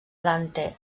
dante